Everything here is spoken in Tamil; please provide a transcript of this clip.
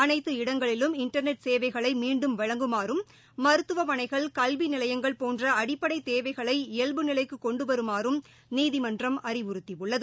அளைத்து இடங்களிலும் இன்டர்நெட் சேவைகளை மீன்டும் வழங்குமாறும் மருத்துவமனைகள் கல்வி நிலையங்கள் போன்ற அடிப்படை தேவைகளை இயல்பு நிலைக்கு கொண்டு வருமாறும் நீதிமன்றம் அறிவுறுத்தியுள்ளது